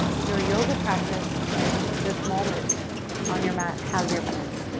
your yoga practice and this moment on your mat has your back.